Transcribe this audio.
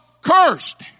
cursed